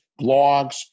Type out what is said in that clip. blogs